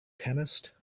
chemist